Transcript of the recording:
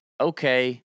okay